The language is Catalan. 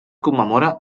commemora